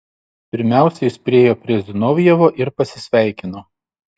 pirmiausia jis priėjo prie zinovjevo ir pasisveikino